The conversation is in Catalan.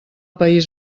país